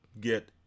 get